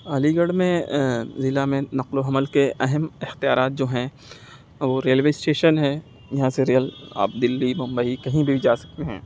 علی گڑھ میں ضلع میں نقل و حمل کے اہم اختیارات جو ہیں وہ ریلوے اسٹیشن ہے یہاں سے ریل آپ دلی بمبئی کہیں بھی جا سکتے ہیں